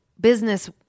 business